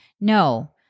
No